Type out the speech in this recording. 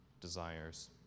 desires